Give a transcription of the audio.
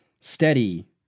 steady